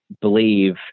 believe